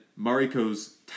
Mariko's